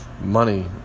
Money